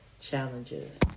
challenges